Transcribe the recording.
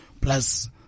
plus